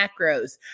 macros